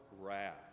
wrath